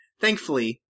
Thankfully